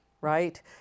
right